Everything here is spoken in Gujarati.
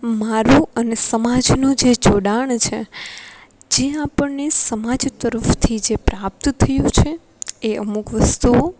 મારું અને સમાજનું જે જોડાણ છે જે આપણને સમાજ તરફથી જે પ્રાપ્ત થયું છે એ અમુક વસ્તુઓ